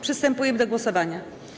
Przystępujemy do głosowania.